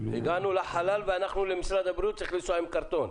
הגענו לחלל ולמשרד הבריאות צריך לנסוע עם קרטון.